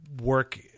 work